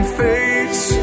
face